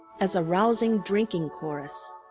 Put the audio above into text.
as a rousing drinking chorus.